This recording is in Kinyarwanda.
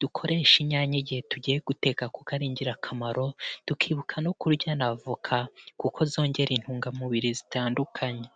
dukoresha inyanya igihe tugiye guteka kuko kuko ari ingirakamaro, tukibuka no kurya na voka kuko zongera intungamubiri zitandukanye.